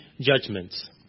judgments